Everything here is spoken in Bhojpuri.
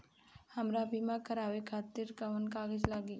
हमरा बीमा करावे खातिर कोवन कागज लागी?